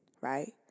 right